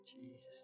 Jesus